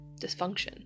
dysfunction